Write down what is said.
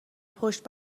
پشت